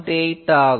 8 ஆகும்